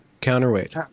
counterweight